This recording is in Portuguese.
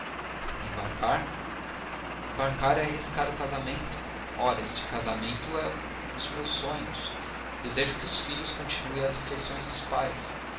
embarcar embarcar é arriscar o casamento ora este casamento é um de meus sonhos desejo que os filhos continuem a afeição dos pais